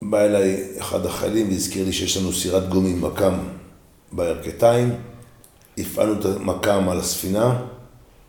בא אליי אחד החיילים והזכיר לי שיש לנו סירת גומי עם מכ"ם בירכתיים הפעלנו את המכ"ם על הספינה